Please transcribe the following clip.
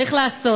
צריך לעשות.